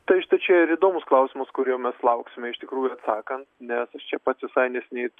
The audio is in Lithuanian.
tai štai čia ir įdomus klausimas kurio mes lauksime iš tikrųjų atsakant nes aš čia ir pats visai neseniai